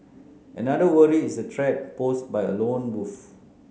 another worry is the threat posed by a lone wolf